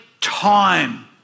time